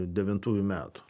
devintųjų metų